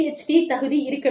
D தகுதி இருக்க வேண்டும்